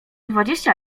dwadzieścia